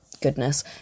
goodness